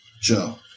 Joe